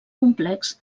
complex